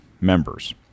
members